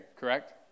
correct